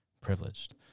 privileged